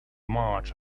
march